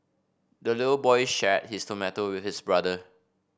the little boy shared his tomato with his brother